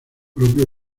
propio